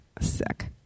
sick